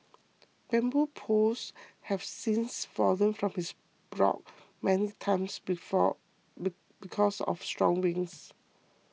bamboo poles have since fallen from his block many times before because of strong winds